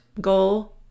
goal